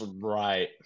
right